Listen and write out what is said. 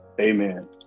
Amen